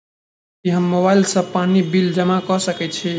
की हम मोबाइल सँ पानि बिल जमा कऽ सकैत छी?